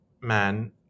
man